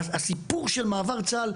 והסיפור של מעבר צה"ל?